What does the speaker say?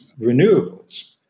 renewables